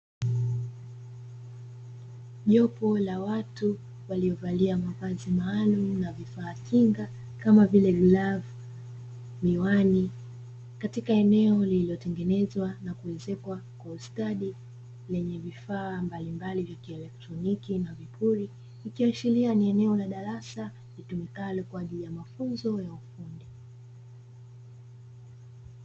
Jopo la watu walio valia mavazi maalumu na vifaa kinga kama vile: glavu, miwani katika eneo eneo liliotengenezwa na kuwezekwa kwa ustadi, lenye vifaa mbalimbali vya kielotroniki na vipuri ikiashiria ni eneo la darasa litumikalo kwa ajili ya mafunzo.